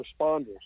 responders